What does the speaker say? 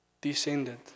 descended